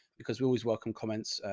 because we always welcome comments, ah,